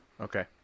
okay